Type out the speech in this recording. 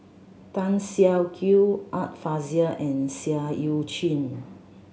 Tan Siak Kew Art Fazil and Seah Eu Chin